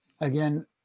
again